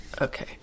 okay